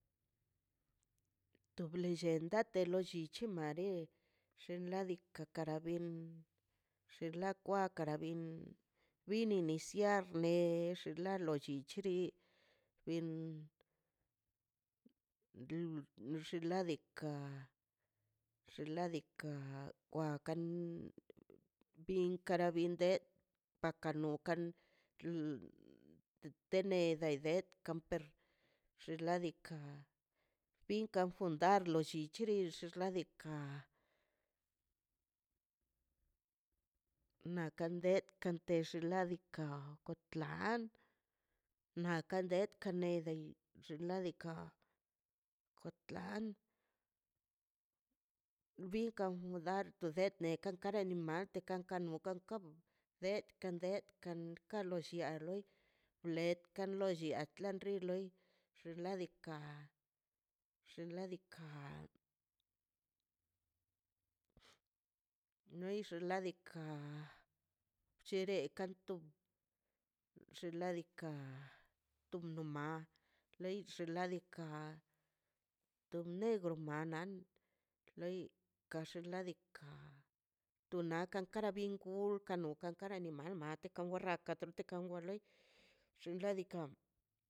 To lellenda te lo llichi made xinladika kara ben xin la kwa kara bin bin iniciar nex xin la loi chinchiri bin xinladika xinladika wakan bin kara bin de baka nokan lteneda det kamper xinladika pinka runka lo llichiri xnaꞌ diikaꞌ na kan det kan te rinladika got lan na kandet kan lei xinladika kotlan binkan wdartl det ne ka kara animal buka kabu bikan kandet kalo llia loi let kalo llian tlan rin loi xinladika xinladika noix xinladika chere kanto xinladika tuno ma lei xinladika to negro manan loi te xinladika to nakan kara bin kul kana animal mat teka wa rrankan kate kan wa loi xinladika.